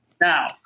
now